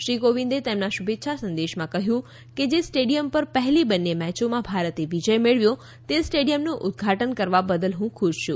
શ્રી કોવિંદે તેમના શુભેચ્છા સંદેશમાં કહ્યું છે કે જે સ્ટેડિયમ પર પહેલી બંન્ને મેચોમાં ભારતે વિજય મેળવ્યો તે સ્ટેડિયમનું ઉદઘાટન કરવા બદલ હું ખુશ છું